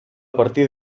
partir